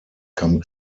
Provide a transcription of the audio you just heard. come